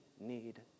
need